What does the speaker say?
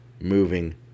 moving